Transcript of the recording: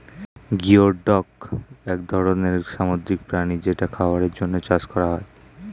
geoduck এক ধরনের সামুদ্রিক প্রাণী যেটা খাবারের জন্যে চাষ করা হয়